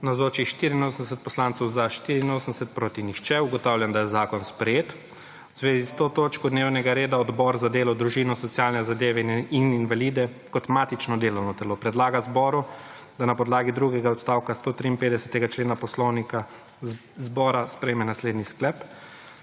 nihče. (Za je glasovalo 84.) (Proti nihče.) Ugotavljam, da je zakon sprejet. V zvezi s to točko dnevnega reda Odbor za delo, družino, socialne zadeve in invalide, kot matično delovno telo, predlaga zboru, da na podlagi drugega odstavka 153. člena Poslovnika zbora sprejme naslednji sklep: